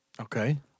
Okay